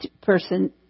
person